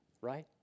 right